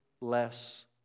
less